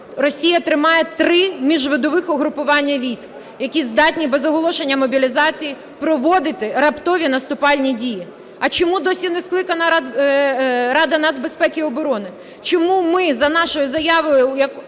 Росія тримає три міжвидових угрупування військ, які здатні без оголошення мобілізації проводити раптові наступальні дії. А чому досі не скликана Рада нацбезпеки і оборони? Чому ми за нашою заявою,